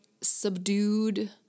subdued